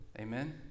Amen